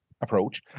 approach